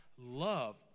love